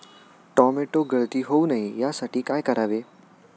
Tomato गळती होऊ नये यासाठी काय करावे?